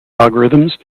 algorithms